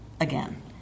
again